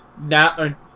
Now